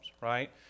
right